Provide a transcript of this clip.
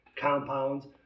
compounds